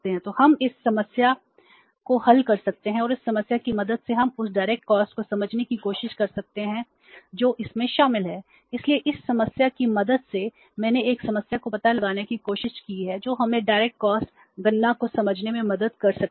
तो हम इस समस्या को हल कर सकते हैं और इस समस्या की मदद से हम उस डायरेक्ट कॉस्ट गणना को समझने में मदद कर सकती है